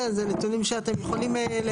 זה נתונים שאתם יכולים לאסוף.